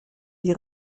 die